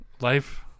Life